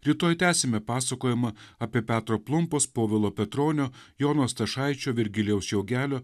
rytoj tęsime pasakojimą apie petro plumpos povilo petronio jono stašaičio virgilijaus žiogelio